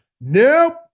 Nope